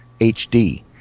HD